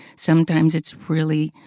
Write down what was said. sometimes it's really.